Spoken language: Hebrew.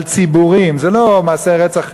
על ציבורים, וזה לא מעשה רצח,